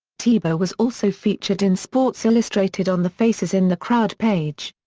tebow was also featured in sports illustrated on the faces in the crowd page.